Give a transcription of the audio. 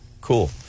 cool